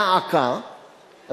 דא עקא,